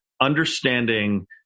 understanding